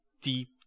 deep